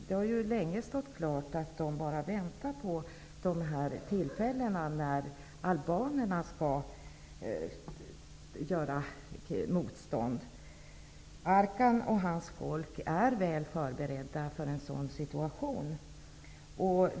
Det har ju länge stått klart att de bara väntar på de tillfällen då albanerna skall göra motstånd. Arkan och hans folk är väl förberedda för en sådan situation.